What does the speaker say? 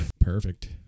Perfect